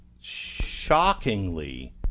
shockingly